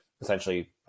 essentially